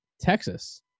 Texas